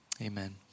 Amen